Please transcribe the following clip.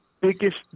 biggest